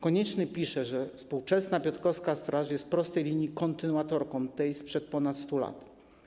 Konieczny pisze, że współczesna piotrkowska straż jest w prostej linii kontynuatorką tej sprzed ponad 100 lat.